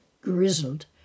grizzled